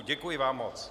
Děkuji vám moc.